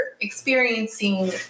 experiencing